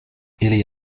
ili